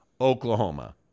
Oklahoma